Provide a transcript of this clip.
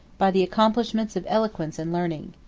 by the accomplishments of eloquence and learning.